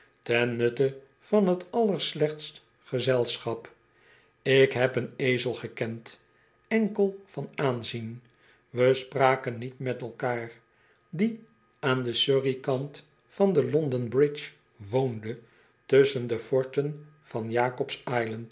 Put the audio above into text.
ten nutte van t allerslechtst gezelschap ik heb een ezel gekend enkel van aanzien we spraken niet met elkaar die aan den surrey kant van de london-bridge woonde tusschen de forten van